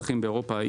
באירופה,